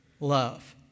love